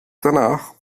danach